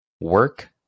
work